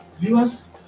viewers